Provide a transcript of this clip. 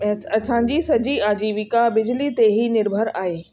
ए असांजी सॼी आजीविका बिजली ते ई निर्भर आहे